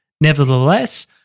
Nevertheless